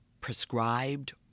prescribed